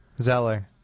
Zeller